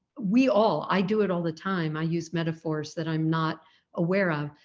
we all i do it all the time i use metaphors that i'm not aware of,